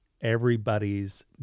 everybody's